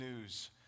news